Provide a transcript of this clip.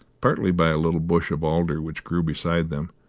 partly by a little bush of alder which grew beside them,